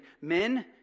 Men